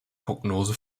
prognose